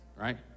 right